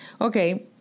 Okay